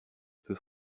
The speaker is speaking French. peu